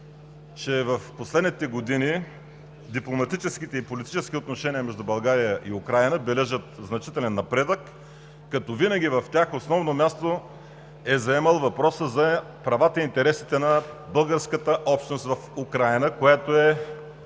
че в последните години дипломатическите и политическите отношения между България и Украйна бележат значителен напредък, като винаги в тях основно място е заемал въпросът за правата и интересите на българската общност в Украйна, която е